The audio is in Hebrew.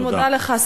אני מודה לך,